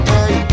Hey